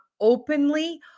openly